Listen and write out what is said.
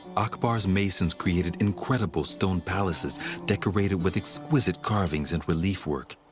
akbar's masons created incredible stone palaces decorated with exquisite carvings and relief work.